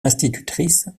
institutrice